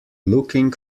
looking